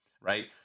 right